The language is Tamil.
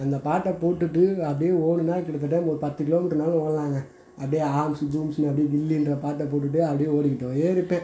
அந்த பாட்டை போட்டுட்டு அப்டி ஓடினா கிட்டதட்ட ஒரு பத்து கிலோமீட்டர்னாலும் ஓடலாங்க அப்டி ஆம்ஸ்ஸு தூம்ஸ்ஸுன்னு அப்டி கில்லின்ற பாட்டை போட்டுகிட்டு அப்டி ஓடிகிட்டே இருப்பேன்